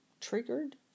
triggered